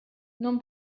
non